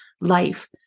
life